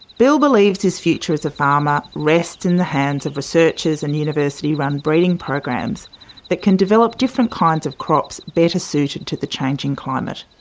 bill believes his future as a farmer rests in the hands of researchers and university-run breeding programs that can develop different kinds of crops better suited to the changing climate.